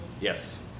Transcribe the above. Yes